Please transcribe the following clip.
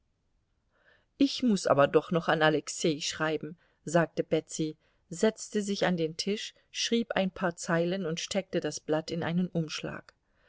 ich muß aber doch noch an alexei schreiben sagte betsy setzte sich an den tisch schrieb ein paar zeilen und steckte das blatt in einen umschlag